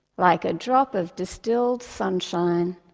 like a drop of distilled sunshine,